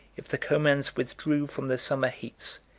if the comans withdrew from the summer heats,